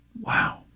Wow